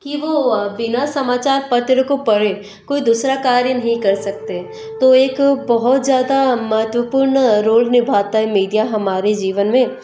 कि वह बिना समाचार पत्र को पढ़े कोई दूसरा कार्य नहीं कर सकते तो एक बहुत ज़्यादा महत्वपूर्ण रोल निभाता है मीडिया हमारे जीवन में